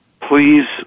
please